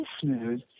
smooth